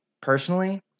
personally